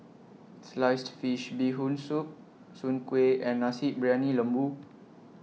Sliced Fish Bee Hoon Soup Soon Kueh and Nasi Briyani Lembu